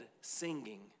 singing